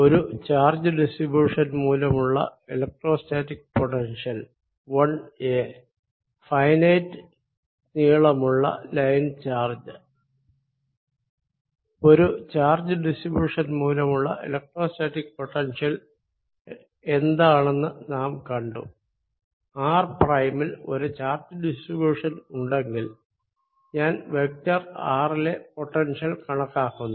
ഒരു charge distribution മൂലമുള്ള electrostatic potential I a finite നീളമുള്ള ലൈൻ ചാർജ് ഒരു ചാർജ് ഡിസ്ട്രിബ്യുഷൻ മൂലമുള്ള എലെക്ട്രോസ്റ്റാറ്റിക് പൊട്ടൻഷ്യൽ എന്താണെന്ന് നാം കണ്ടു r പ്രൈമിൽ ഒരു ചാർജ് ഡിസ്ട്രിബ്യുഷൻ ഉണ്ടെങ്കിൽ ഞാൻ വെക്ടർ r ലെ പൊട്ടൻഷ്യൽ കണക്കാക്കുന്നു